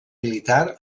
militar